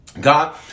God